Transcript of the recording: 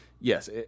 Yes